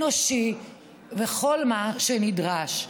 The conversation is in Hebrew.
אנושי בכל מה שנדרש.